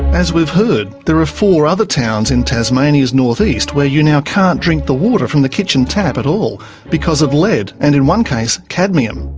as we've heard, there are four other towns in tasmania's north-east where you now can't drink the water from the kitchen tap at all because of lead and, in one case, cadmium.